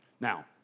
Now